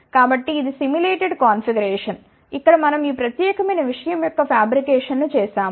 కాబట్టి ఇది simulated configuration ఇక్కడ మనం ఈ ప్రత్యేకమైన విషయం యొక్క ఫ్యాబ్రికేషన్ ను చేసాము